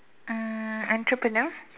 um entrepreneur